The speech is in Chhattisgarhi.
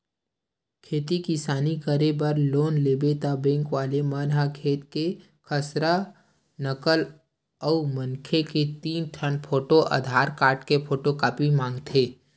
खेती किसानी करे बर लोन लेबे त बेंक वाले मन ह खेत के खसरा, नकल अउ मनखे के तीन ठन फोटू, आधार कारड के फोटूकापी मंगवाथे